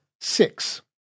six